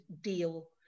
deal